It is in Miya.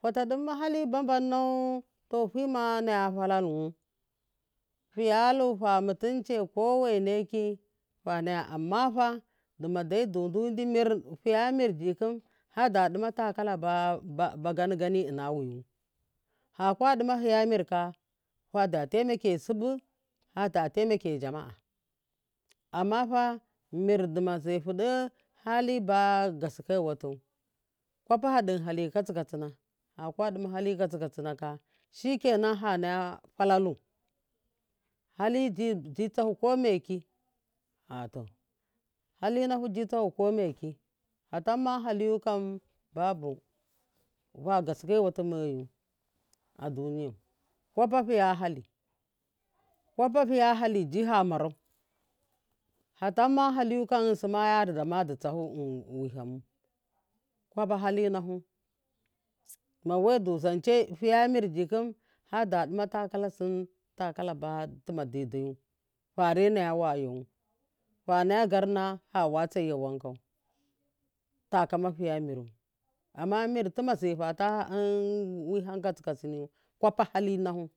fata dimma hali ba ban nau to fima naya falaluwu fiyalu famutunce kowe neki fanaya am mafa duma dai du du dimir fiya mir jiki fada ɗima takala bag ani gani ina wuyu fa kadima fiya mirka fada taimake subu fada taima jama’a amma fa mir duma zaifu ɗe hali bug aske watu kwapa fa din hali ka tsi katsina kafa kwa duma hali katsi katsina ka shike nan fa naya falalu haliji tsahu kome ke wato tatamma hali yukan babu gaskai watumeyu a duniyau kwapa fiya hali kwapa fiya haliji famarau fatamma hahi yuk an babu gaskai watu meyu a dumiyau kwapafiya hali jifa marau fatam hali ukan yimsi yarduma du tsafu wihammu kwapa hali nafu dumai di zance fiya mirjikhum fada dima takalasim takalaba tima daidayu farenaya wayawa tanaya garna fa watseya wankau takama fiya miru amma mir tuma zaifata wiham katsikatsiniyu kwapa hali nafu.